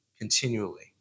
continually